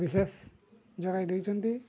ବିଶେଷ ଯୋଗାଇ ଦେଇଛନ୍ତି